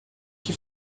que